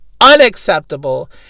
unacceptable